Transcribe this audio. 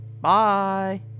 Bye